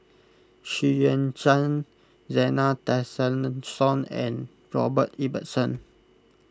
Xu Yuan Zhen Zena Tessensohn and Robert Ibbetson